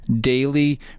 daily